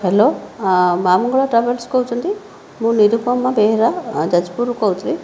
hello Maa' Mangala travels କହୁଛନ୍ତି ମୁଁ ନିରୂପମା ବେହେରା ଯାଜପୁରରୁ କହୁଥିଲି